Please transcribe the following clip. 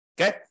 Okay